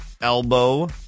elbow